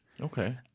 Okay